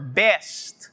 best